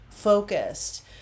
focused